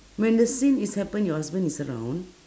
when the scene is happen your husband is around